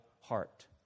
heart